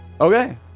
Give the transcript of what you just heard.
Okay